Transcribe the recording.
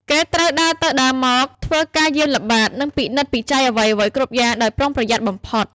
គេត្រូវដើរទៅដើរមក ធ្វើការយាមល្បាត និងពិនិត្យពិច័យអ្វីៗគ្រប់យ៉ាងដោយប្រុងប្រយ័ត្នបំផុត។